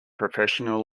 professional